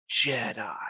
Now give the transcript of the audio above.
jedi